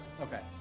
Okay